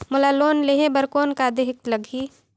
मोला लोन लेहे बर कौन का देहेक लगही?